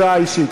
הודעה אישית.